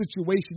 situation